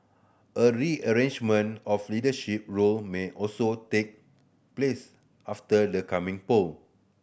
a rearrangement of leadership role may also take place after the coming poll